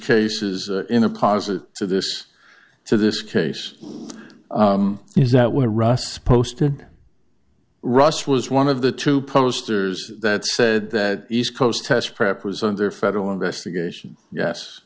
cases in a positive to this to this case is that where russ postin rush was one of the two posters that said that east coast test prep was under federal investigation yes